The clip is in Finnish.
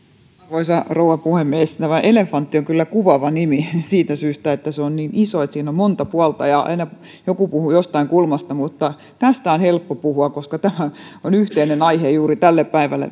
arvoisa rouva puhemies tämä elefantti on kyllä kuvaava nimi siitä syystä että se on niin iso että siinä on monta puolta ja aina joku puhuu jostain kulmasta mutta tästä on helppo puhua koska tämä julkisen talouden suunnitelma on yhteinen aihe juuri tälle päivälle